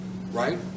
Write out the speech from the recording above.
right